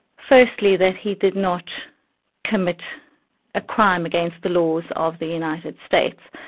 firstly that he did not commit a crime against the laws of the united states,